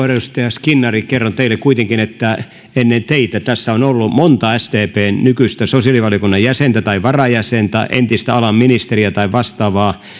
edustaja skinnari kerron teille kuitenkin että ennen teitä tässä on ollut monta sdpn nykyistä sosiaalivaliokunnan jäsentä tai varajäsentä entistä alan ministeriä tai vastaavaa niin